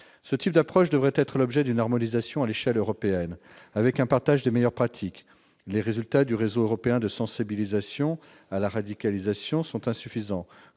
Ce type d'approche devrait faire l'objet d'une harmonisation à l'échelle européenne, sur la base d'un partage des meilleures pratiques. Les résultats du réseau européen de sensibilisation à la radicalisation, le RAN, sont insuffisants,